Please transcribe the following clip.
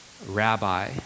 rabbi